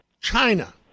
China